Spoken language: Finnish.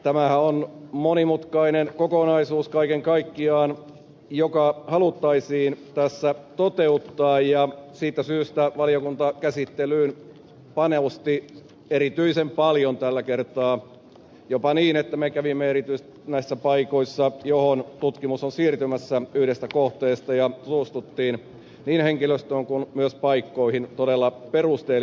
tämähän on monimutkainen kokonai suus kaiken kaikkiaan joka haluttaisiin tässä toteuttaa ja siitä syystä valiokuntakäsittelyyn panostettiin erityisen paljon tällä kertaa jopa niin että me kävimme erityisesti näissä paikoissa joihin tutkimus on siirtymässä yhdestä kohteesta ja tutustuimme niin henkilöstöön kuin myös paikkoihin todella perusteellisesti